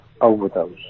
overdose